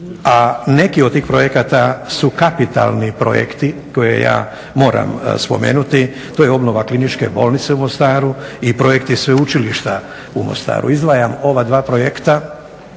a neki od tih projekata su kapitalni projekti koje ja moram spomenuti, to je obnova Kliničke bolnice u Mostaru i projekti sveučilišta u Mostaru. Izdvajam ova dva projekta